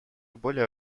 более